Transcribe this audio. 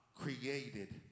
created